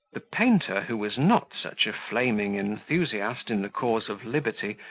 the painter, who was not such a flaming enthusiast in the cause of liberty,